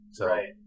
Right